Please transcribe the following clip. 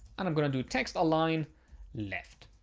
and i'm going to do text align left.